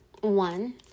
One